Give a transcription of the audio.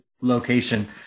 location